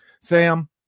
Sam